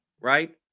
right